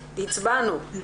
הצבענו.